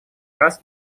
раз